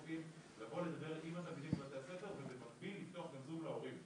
לבוא לדבר עם התלמידים בבתי הספר ובמקביל לפתוח גם זום להורים.